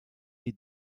you